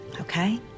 Okay